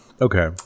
okay